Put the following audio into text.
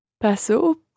Paso